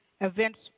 events